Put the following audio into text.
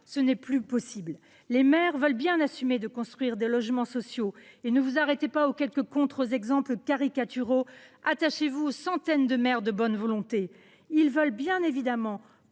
ce n’est plus possible ! Les maires veulent bien assumer la construction de logements sociaux. Ne vous arrêtez pas aux quelques contre exemples caricaturaux ; attachez vous aux centaines de maires de bonne volonté, qui veulent bien évidemment